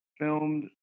filmed